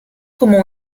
como